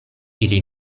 ili